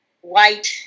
white